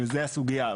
וזו הסוגייה.